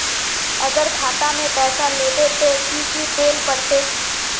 अगर खाता में पैसा लेबे ते की की देल पड़ते?